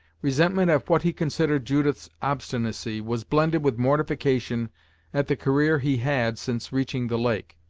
resentment at what he considered judith's obstinacy was blended with mortification at the career he had since reaching the lake,